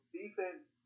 Defense